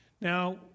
Now